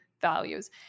values